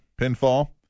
pinfall